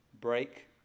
break